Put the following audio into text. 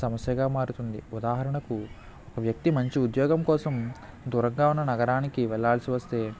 ఇది సమస్యగా మారుతుంది ఉదాహరణకు ఒక వ్యక్తి మంచి ఉద్యోగం కోసం దూరంగా ఉన్న నగరానికి వెళ్లాల్సివస్తే